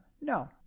No